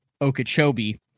Okeechobee